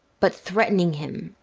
but threatening him.